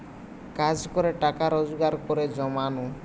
কাজ করে টাকা রোজগার করে জমানো